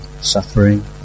suffering